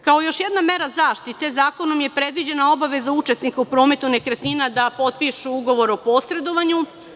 Kao još jedna mera zaštite, zakonom je predviđena obaveza učesnika u prometu nekretnina da potpišu ugovor o posredovanju.